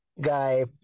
guy